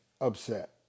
upset